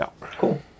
Cool